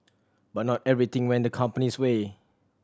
but not everything went the company's way